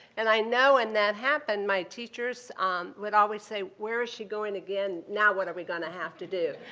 and i know when and that happened my teachers would always say where is she going again, now what are we going to have to do?